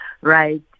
right